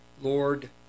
Lord